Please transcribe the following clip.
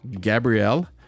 Gabrielle